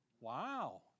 Wow